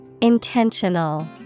Intentional